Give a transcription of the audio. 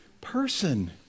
person